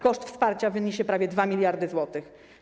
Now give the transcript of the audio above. Koszt wsparcia wyniesie prawie 2 mld zł.